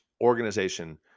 organization –